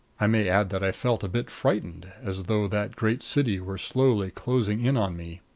i may add that i felt a bit frightened, as though that great city were slowly closing in on me.